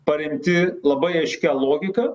paremti labai aiškia logika